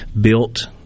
built